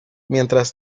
mientras